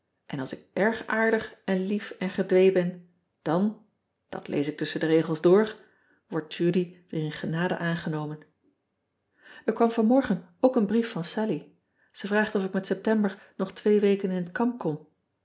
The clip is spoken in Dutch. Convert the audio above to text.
n als ik erg aardig en lief en gedwee ben dan dat lees ik tusschen de regels door wordt udy weer in genade aangenomen r kwam vanmorgen ook een brief van allie e vraagt of ik met eptember nog twee weken in het kamp kom